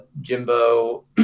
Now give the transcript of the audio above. Jimbo